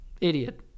Idiot